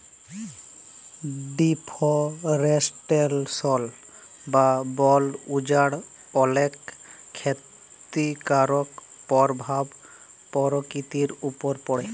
deforestation বা বল উজাড় অলেক খ্যতিকারক পরভাব পরকিতির উপর পড়ে